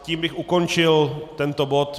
Tím bych ukončil tento bod.